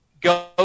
Go